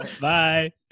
Bye